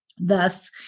Thus